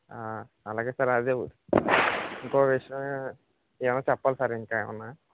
అలాగే సార్ అది ఇంకో విషయం ఏ ఏమైనా చెప్పాలా సార్ ఇంకేమైనా